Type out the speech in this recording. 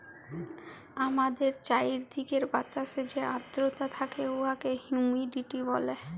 আমাদের চাইরদিকের বাতাসে যে আদ্রতা থ্যাকে উয়াকে হুমিডিটি ব্যলে